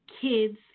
kids